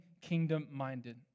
kingdom-minded